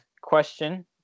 question